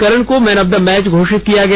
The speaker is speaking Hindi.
करन को मैन ऑफ द मैच घोषित किया गया